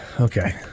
Okay